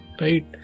right